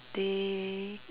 they